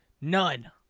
None